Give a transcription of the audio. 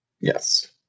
Yes